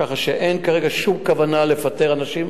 כך שאין כרגע שום כוונה לפטר אנשים.